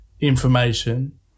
information